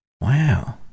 Wow